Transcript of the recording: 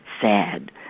sad